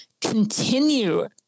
continue